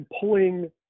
pulling